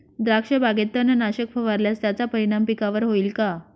द्राक्षबागेत तणनाशक फवारल्यास त्याचा परिणाम पिकावर होईल का?